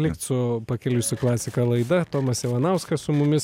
likt su pakeliui su klasika laida tomas ivanauskas su mumis